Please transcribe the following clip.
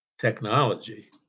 technology